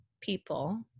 people